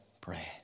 pray